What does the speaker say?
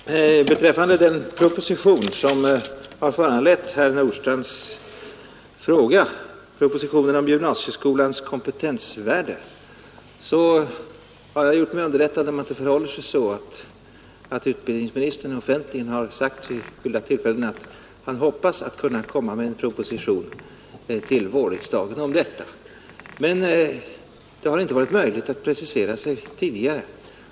Herr talman! Beträffande den proposition som föranlett herr Nordpropositioner strandhs fråga, propositionen om gymnasieskolans kompetensvärde, har jag gjort mig underrättad om att det förhåller sig så att utbildningsministern offentligen har sagt vid skilda tillfällen att han hoppas att kunna komma med en proposition till vårriksdagen om detta. Men det har icke varit möjligt att tidigare precisera tidpunkten.